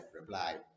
reply